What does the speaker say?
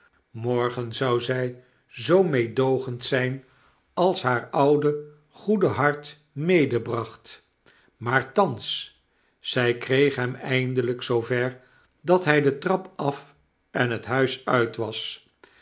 morgen zou zy zoo meedoogend zyn als haar oude goede hart medebracht maar thans zy kreeg hem eindelyk zoo ver dat hy de trap af en het huis uit was